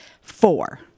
four